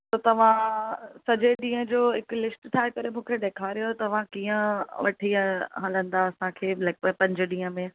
त तव्हां सॼे ॾींहं जो हिकु लिस्ट ठाहे करे मूंखे ॾेखारियो तव्हां कीअं वठी हलंदा असां खे लॻिभॻि पंज ॾींहं में